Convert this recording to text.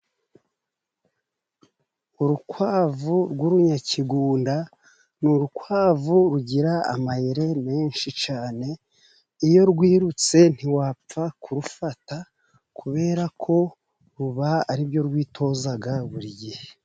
Urukwavu rw'urunyakigunda ni urukwavu rugira amayereri menshi cyane, iyo rwirutse ntiwapfa kurufata, kubera ko ruba aribyo rwitoza buri gihe.